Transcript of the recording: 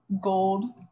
gold